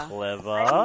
Clever